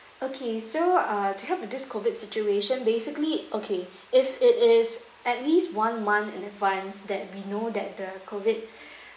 okay so uh to help with this COVID situation basically okay if it is at least one month in advance that we know that the COVID